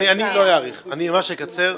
אני לא אאריך, אני ממש אקצר.